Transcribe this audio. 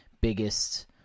biggest